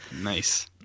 Nice